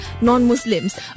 non-Muslims